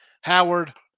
Howard